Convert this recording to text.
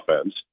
offense